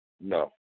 no